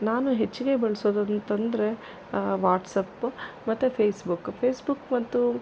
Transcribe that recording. ನಾನು ಹೆಚ್ಚಿಗೆ ಬಳ್ಸೋದಂತಂದರೆ ವಾಟ್ಸಪ್ಪು ಮತ್ತು ಫೇಸ್ಬುಕ್ಕು ಫೇಸ್ಬುಕ್ ಮತ್ತು